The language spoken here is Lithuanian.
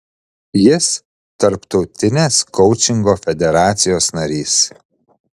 jis tarptautinės koučingo federacijos narys